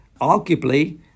arguably